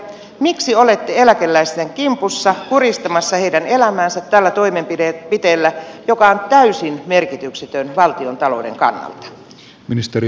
miksi olette eläkeläisten kimpussa kurjistamassa heidän elämäänsä tällä toimenpiteellä joka on täysin merkityksetön valtiontalouden kannalta